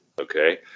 Okay